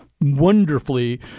wonderfully